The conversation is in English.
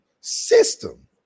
system